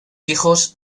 hijos